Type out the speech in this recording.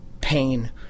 pain